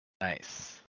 Nice